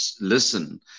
listen